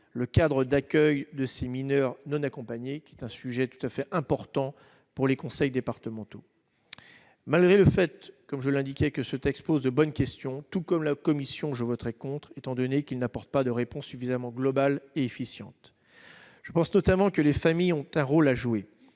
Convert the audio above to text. le cadre d'accueil de ces mineurs non accompagnés qui est un sujet tout à fait important pour les conseils départementaux, malgré le fait, comme je l'indiquais que ce texte pose de bonnes questions, tout comme la commission, je voterai contre, étant donné qu'il n'apporte pas de réponse suffisamment globale et efficiente, je pense notamment que les familles ont un rôle à jouer,